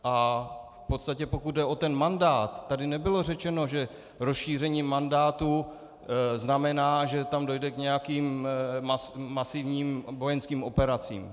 V podstatě pokud jde o ten mandát, tady nebylo řečeno, že rozšíření mandátu znamená, že tam dojde k masivním vojenským operacím.